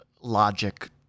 logic